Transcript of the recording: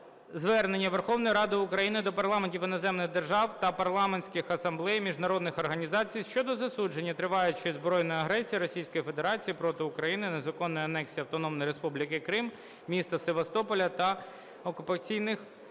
Звернення Верховної Ради України до парламентів іноземних держав та парламентських асамблей міжнародних організацій щодо засудження триваючої збройної агресії Російської Федерації проти України, незаконної анексії Автономної Республіки Крим і міста Севастополь та окупації окремих